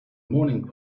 morning